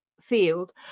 field